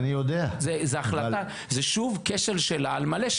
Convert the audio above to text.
זה שוב כשל שלה על מלא,